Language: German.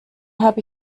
habe